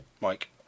Mike